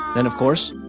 and of course,